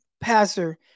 passer